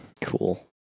Cool